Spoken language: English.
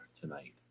tonight